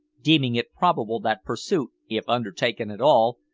deeming it probable that pursuit, if undertaken at all,